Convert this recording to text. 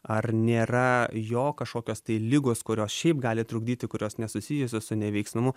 ar nėra jo kažkokios tai ligos kurios šiaip gali trukdyti kurios nesusijusios su neveiksnumu